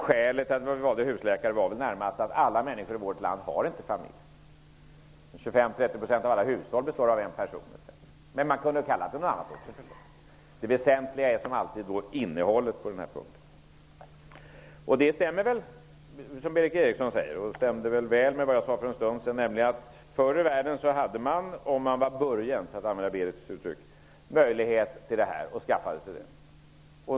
Skälet till att vi valde namnet husläkare var närmast att alla människor i vårt land inte har familj. 25--30 % av alla hushåll består av en person etc. Men man kunde också ha kallat det för något annat. Det väsentliga på den här punkten är innehållet. Det som Berith Eriksson sade stämmer väl med det som jag sade tidigare, att förr i världen hade den som var burgen -- för att använda Berith Erikssons uttryck -- möjlighet att skaffa sig husläkare.